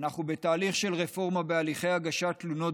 אנחנו בתהליך של רפורמה בהליכי הגשת תלונות